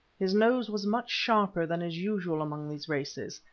his nose was much sharper than is usual among these races,